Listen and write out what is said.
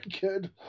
good